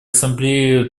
ассамблее